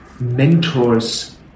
Mentors